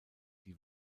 die